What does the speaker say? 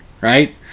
right